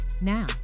Now